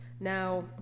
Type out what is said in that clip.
Now